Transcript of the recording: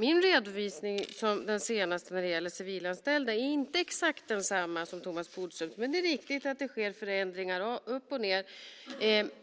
Min senaste redovisning vad gäller civilanställda är inte exakt densamma som Thomas Bodströms, men det är riktigt att det sker förändringar upp och ned